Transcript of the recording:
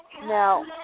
now